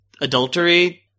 adultery